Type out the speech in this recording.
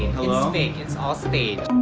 fake it's all staged.